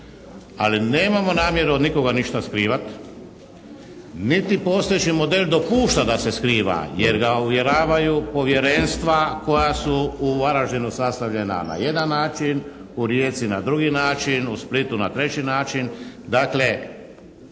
Ali nemamo namjeru od nikoga ništa skrivati niti postojeći model dopušta da se skriva, jer ga uvjeravaju povjerenstva koja su u Varaždinu sastavljena na jedan način, u Rijeci na drugi način, u Splitu na treći način.